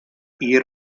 year